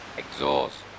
exhaust